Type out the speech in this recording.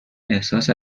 احساس